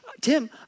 Tim